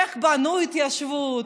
איך בנו את ההתיישבות?